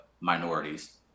minorities